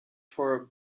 for